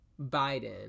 Biden